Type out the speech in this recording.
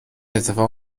اتفاق